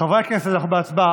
חברי הכנסת, אנחנו בהצבעה.